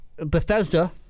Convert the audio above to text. Bethesda